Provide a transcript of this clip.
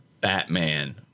Batman